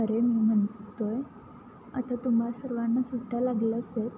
अरे मी म्हणतो आहे आता तुम्हाला सर्वांना सुट्ट्या लागलाच आहेत